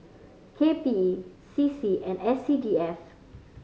K P E C C and S C D F